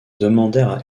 demandèrent